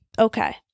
Okay